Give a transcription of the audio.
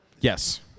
Yes